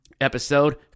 episode